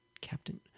Captain